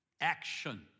action